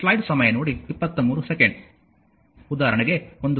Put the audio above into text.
ಉದಾಹರಣೆಗೆ 1